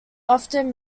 often